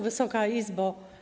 Wysoka Izbo!